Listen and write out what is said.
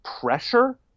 pressure